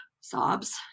Sobs